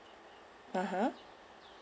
(uh huh)